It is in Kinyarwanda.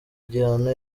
gihano